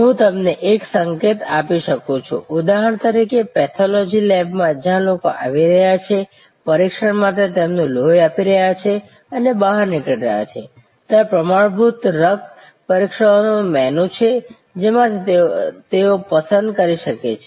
હું તમને એક સંકેત આપી શકું છું ઉદાહરણ તરીકે પેથોલોજી લેબ જ્યાં લોકો આવી રહ્યા છે પરીક્ષણ માટે તેમનું લોહી આપી રહ્યા છે અને બહાર નીકળી રહ્યા છે ત્યાં પ્રમાણભૂત રક્ત પરીક્ષણોનું મેનૂ છે જેમાંથી તેઓ પસંદ કરી શકે છે